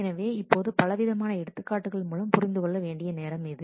எனவே இப்போது பலவிதமான எடுத்துக்காட்டுகள் மூலம் புரிந்து கொள்ள வேண்டிய நேரம் இது